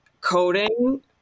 coding